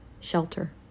shelter